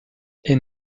est